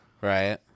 Right